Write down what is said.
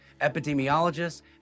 epidemiologists